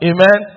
Amen